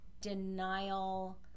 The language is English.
denial